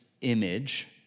image